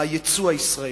היצוא הישראלי.